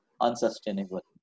unsustainable